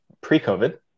pre-COVID